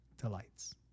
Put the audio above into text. delights